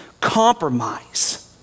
compromise